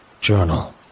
Journal